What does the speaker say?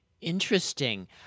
Interesting